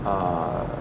ah